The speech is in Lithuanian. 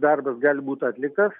darbas gal būt atliktas